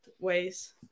ways